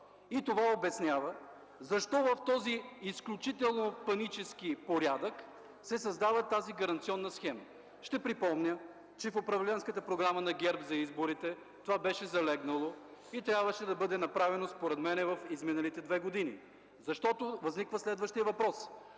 и това обяснява защо в този изключително панически порядък се създава тази гаранционна схема. Ще припомня, че в управленската програма на ГЕРБ за изборите това беше залегнало и трябваше да бъде направено, според мен, в изминалите две години, защото възниква следващият въпрос